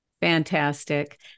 Fantastic